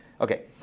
Okay